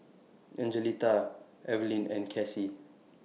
Angelita Evalyn and Cassie